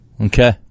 Okay